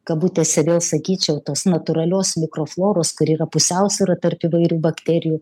kabutėse vėl sakyčiau tos natūralios mikrofloros kuri yra pusiausvyra tarp įvairių bakterijų